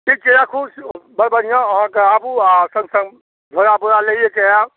ठीक छै राखू बड़ बढ़िआँ अहाँके आबू आओर सङ्ग सङ्ग झोरा बोरा लऽ कऽ आएब